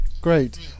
great